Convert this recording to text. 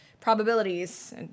probabilities